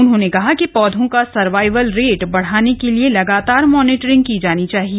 उन्होंने कहा कि पौधों का सर्वाईवल रेट बढ़ाने के लिए लगातार मॉनिटरिंग की जानी चाहिए